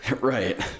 Right